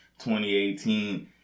2018